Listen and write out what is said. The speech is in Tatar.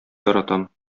яратам